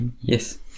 Yes